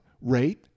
rate